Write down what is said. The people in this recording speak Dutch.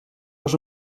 als